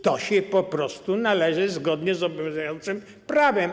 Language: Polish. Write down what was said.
To się po prostu należy zgodnie z obowiązującym prawem.